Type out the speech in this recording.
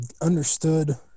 understood